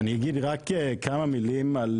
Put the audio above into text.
אני אגיד רק כמה מילים על